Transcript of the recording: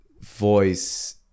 voice